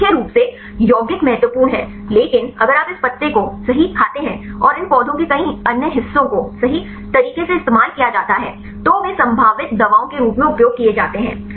तो मुख्य रूप से यौगिक महत्वपूर्ण हैं लेकिन अगर आप इस पत्ते को सही खाते हैं और इन पौधों के कई अन्य हिस्सों को सही तरीके से इस्तेमाल किया जाता है तो वे संभावित दवाओं के रूप में उपयोग किए जाते हैं